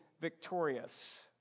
victorious